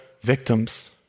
victims